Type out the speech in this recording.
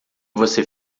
você